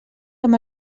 amb